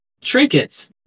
Trinkets